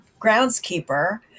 groundskeeper